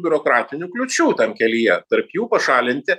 biurokratinių kliūčių tam kelyje tarp jų pašalinti